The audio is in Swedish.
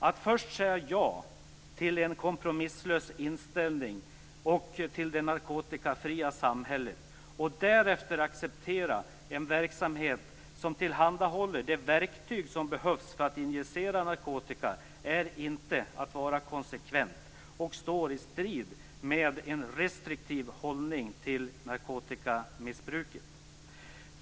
Att först säga ja till en kompromisslös inställning och till det narkotikafria samhället och att därefter acceptera en verksamhet som tillhandahåller de verktyg som behövs för att injicera narkotika är inte att vara konsekvent och står i strid med en restriktiv hållning till narkotikamissbruket.